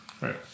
right